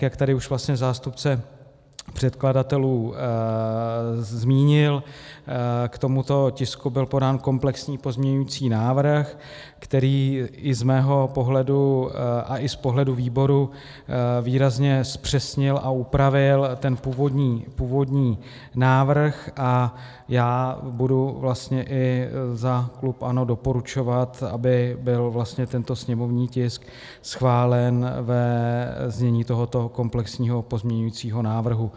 Jak tady už zástupce předkladatelů zmínil, k tomuto tisku byl podán komplexní pozměňovací návrh, který i z mého pohledu a i z pohledu výboru výrazně zpřesnil a upravil ten původní návrh, a já budu vlastně i za klub ANO doporučovat, aby byl tento sněmovní tisk schválen ve znění tohoto komplexního pozměňovacího návrhu.